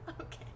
Okay